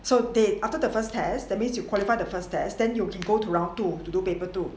so they after the first test that means you qualify the first test then you can go to round two do paper two